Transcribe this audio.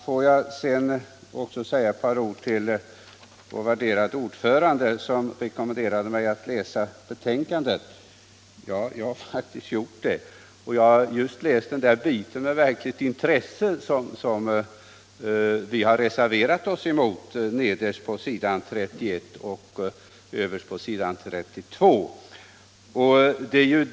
Får jag sedan också säga till vår värderade ordförande, som rekommenderade mig att läsa betänkandet, att jag faktiskt har gjort det, och jag har just nu läst om den där biten nederst på s. 31 och överst på s. 32 med verkligt intresse.